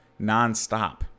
nonstop